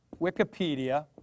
Wikipedia